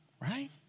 right